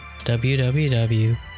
www